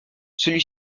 celui